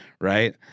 Right